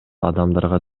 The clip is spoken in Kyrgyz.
адамдарга